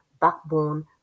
backbone